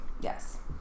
Yes